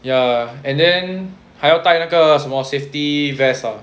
ya and then 还要带那个什么 safety vest ah